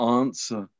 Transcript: answer